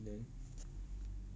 then